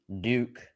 Duke